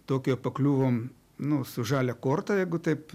tokijo pakliuvom nu su žalia korta jeigu taip